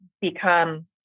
become